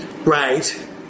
Right